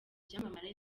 byamamare